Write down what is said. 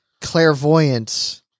clairvoyance